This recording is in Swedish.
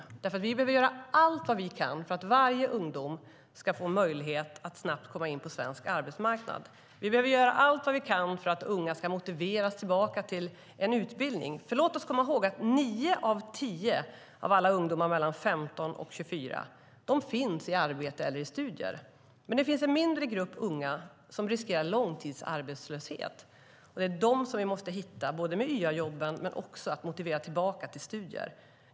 Vi behöver nämligen göra allt vi kan för att varje ungdom ska få möjlighet att snabbt komma in på svensk arbetsmarknad. Vi behöver göra allt vi kan för att unga ska motiveras tillbaka till en utbildning. Låt oss nämligen komma ihåg att nio av tio ungdomar mellan 15 och 24 finns i arbete eller studier men att det finns en mindre grupp unga som riskerar långtidsarbetslöshet. Det är dem vi måste hitta, både med YA-jobben och genom att motivera tillbaka till studier.